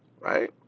right